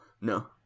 no